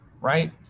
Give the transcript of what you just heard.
right